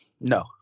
No